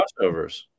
crossovers